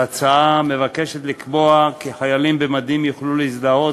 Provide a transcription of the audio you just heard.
ההצעה מבקשת לקבוע כי חיילים במדים יוכלו להזדהות